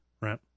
right